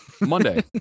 Monday